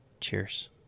Cheers